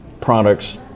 products